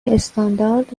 استاندارد